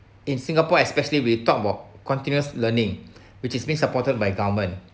in singapore especially we talk about continuous learning which has been supported by government